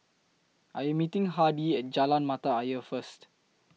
I Am meeting Hardy At Jalan Mata Ayer First